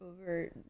over